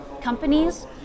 companies